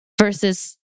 Versus